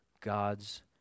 God's